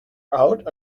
out